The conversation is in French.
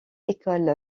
école